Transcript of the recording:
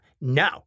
No